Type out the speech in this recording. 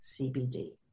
CBD